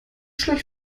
schlecht